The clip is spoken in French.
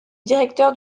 directeur